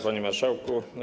Panie Marszałku!